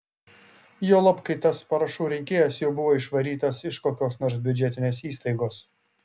juolab kai tas parašų rinkėjas jau buvo išvarytas iš kokios nors biudžetinės įstaigos